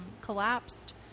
collapsed